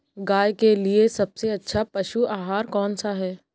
गाय के लिए सबसे अच्छा पशु आहार कौन सा है?